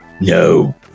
No